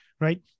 right